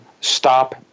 stop